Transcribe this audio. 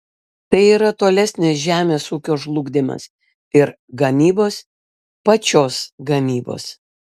tai yra tolesnis žemės ūkio žlugdymas ir gamybos pačios gamybos